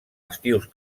estius